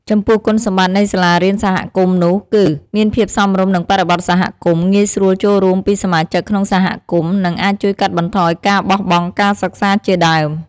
ចំពោះគុណសម្បត្តិនៃសាលារៀនសហគមន៍នោះគឺ មានភាពសមរម្យនឹងបរិបទសហគមន៍ ងាយស្រួលចូលរួមពីសមាជិកក្នុងសហគមន៍ និងអាចជួយកាត់បន្ថយការការបោះបង់ការសិក្សាជាដើម។